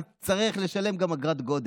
תצטרך גם לשלם אגרת גודש.